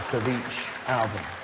of each album?